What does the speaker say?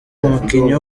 umukinnyi